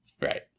Right